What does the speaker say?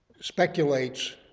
speculates